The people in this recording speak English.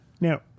Now